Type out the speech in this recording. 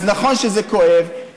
אז נכון שזה כואב,